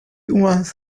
was